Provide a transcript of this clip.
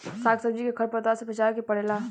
साग सब्जी के खर पतवार से बचावे के पड़ेला